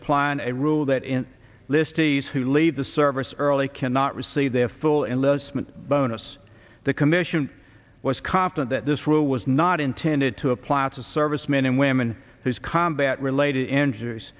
applying a rule that in listees who leave the service early cannot receive the full in less bonus the commission was confident that this rule was not intended to apply it to servicemen and women whose combat related injuries